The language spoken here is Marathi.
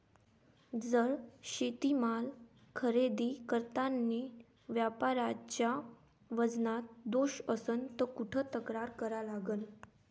जर शेतीमाल खरेदी करतांनी व्यापाऱ्याच्या वजनात दोष असन त कुठ तक्रार करा लागन?